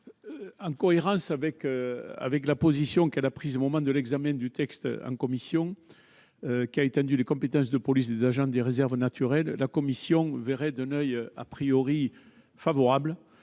En cohérence avec la position qu'elle a adoptée au moment de l'examen du texte en son sein en faveur de l'extension des compétences de police des agents des réserves naturelles, la commission verrait d'un oeil favorable